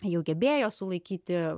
jau gebėjo sulaikyti